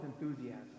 enthusiasm